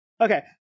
okay